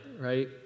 right